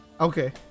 Okay